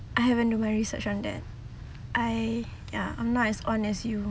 I haven't do my research on that I ya I'm not as on as you